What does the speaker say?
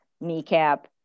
kneecap